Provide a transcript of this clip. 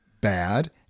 bad